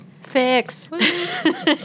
Fix